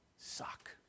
suck